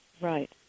Right